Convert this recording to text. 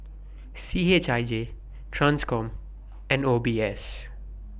C H I J TRANSCOM and O B S